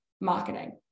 marketing